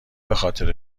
بخاطر